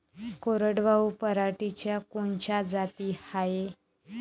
कोरडवाहू पराटीच्या कोनच्या जाती हाये?